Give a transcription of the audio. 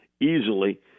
easily